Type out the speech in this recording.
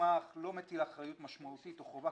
המסמך לא מטיל אחריות משמעותית או חובה